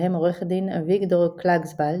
בהם עו"ד אביגדור קלגסבלד,